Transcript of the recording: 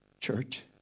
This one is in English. Church